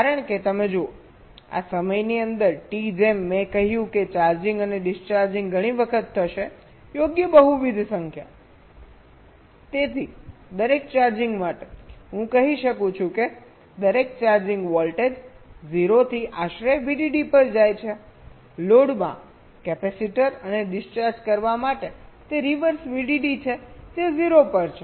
કારણ કે તમે જુઓ આ સમયની અંદર ટી જેમ મેં કહ્યું કે ચાર્જિંગ અને ડિસ્ચાર્જિંગ ઘણી વખત થશે યોગ્ય બહુવિધ સંખ્યા તેથી દરેક ચાર્જિંગ માટે હું કહી શકું છું કે દરેક ચાર્જિંગ વોલ્ટેજ 0 થી આશરે VDD પર જાય છે લોડમાં કેપેસિટર અને ડિસ્ચાર્જ કરવા માટે તે રિવર્સ VDD છે જે 0 પર છે